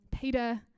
Peter